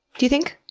do you think?